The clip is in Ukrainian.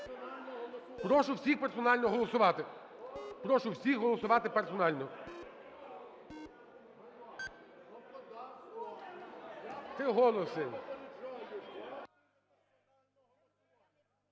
Прошу всіх персонально голосувати. Прошу всіх голосувати персонально. 14:10:37